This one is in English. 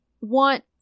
want